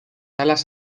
alas